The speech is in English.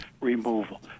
Removal